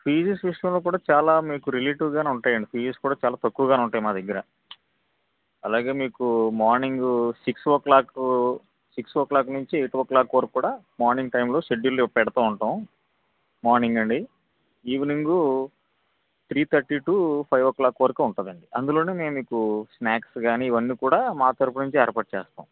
fees విషయంలో కూడా చాలా మీకు రిలేటివ్ గానే ఉంటాయండి ఫీజెస్ కూడా చాలా తక్కువగానే ఉంటాయి మా దగ్గర అలాగే మీకు morning six o'clock six o'clock నుంచి ఎయిట్ ఓ క్లాక్ వరకు కూడా మార్నింగ్ టైమ్ లో స్కెడ్యూల్ పెడుతూ ఉంటాం మార్నింగ్ అండి evening three thirty two five o'clock వరకు ఉంటుందండి అందులోనే మేము మీకు స్నాక్స్ గాని ఇవన్నీ కూడా మా తరుపు నుంచి ఏర్పాటు చేస్తాం